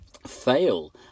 fail